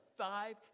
Five